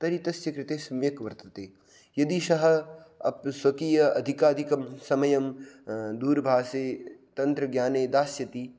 तर्हि तस्य कृते सम्यक् वर्तते यदि सः अप् स्वकीय अधिकाधिकं समयं दूरभाषे तन्त्रज्ञाने दास्यति